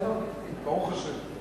ציבוריים (תיקון מס' 2) (חזקת הפליה),